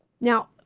Now